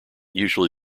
usually